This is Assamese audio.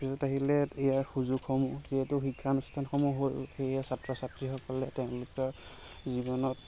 পিছত আহিলে ইয়াৰ সুযোগসমূহ যিহেতু শিক্ষানুষ্ঠাসমূহ হ'ল সেয়েহে ছাত্ৰ ছাত্ৰীসকলে তেওঁলোকৰ জীৱনত